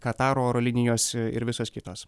kataro oro linijos ir visos kitos